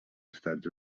estats